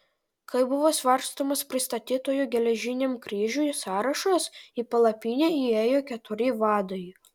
kai buvo svarstomas pristatytųjų geležiniam kryžiui sąrašas į palapinę įėjo keturi vadai